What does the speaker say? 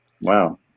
Wow